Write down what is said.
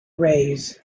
rays